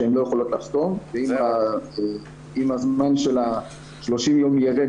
שהן לא יכולות לחתום ואם הזמן של ה-30 יום יירד